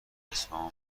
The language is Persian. اصفهان